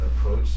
approach